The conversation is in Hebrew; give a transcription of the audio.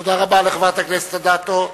תודה רבה לחברת הכנסת אדטו.